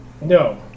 No